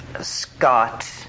Scott